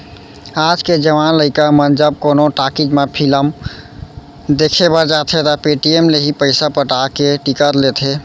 आज के जवान लइका मन जब कोनो टाकिज म फिलिम देखे बर जाथें त पेटीएम ले ही पइसा पटा के टिकिट लेथें